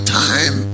time